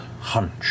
hunch